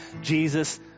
Jesus